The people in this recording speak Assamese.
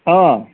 অঁ